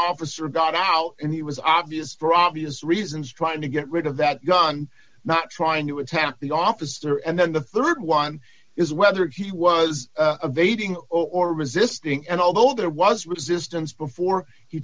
officer got out and he was obvious for obvious reasons trying to get rid of that gun not trying to attack the officer and then the rd one is whether he was evading or resisting and although there was resistance before he